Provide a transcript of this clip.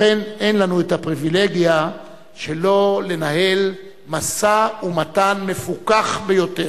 לכן אין לנו הפריווילגיה שלא לנהל משא-ומתן מפוכח ביותר.